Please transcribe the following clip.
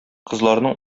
кызларның